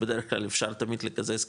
בדרך כלל אפשר תמיד לקזז קדימה,